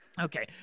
Okay